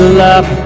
love